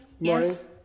Yes